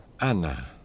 Anna